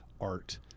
art